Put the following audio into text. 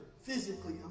physically